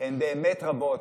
הן באמת רבות.